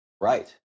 Right